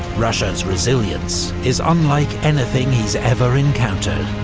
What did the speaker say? russia's resilience is unlike anything he's ever encountered.